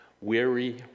Weary